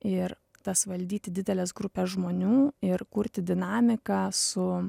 ir tas valdyti dideles grupes žmonių ir kurti dinamiką su